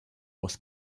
was